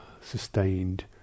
sustained